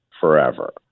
forever